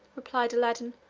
replied aladdin,